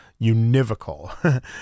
Univocal